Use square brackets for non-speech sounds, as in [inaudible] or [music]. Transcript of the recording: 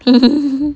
[laughs]